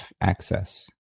access